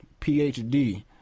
PhD